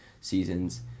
seasons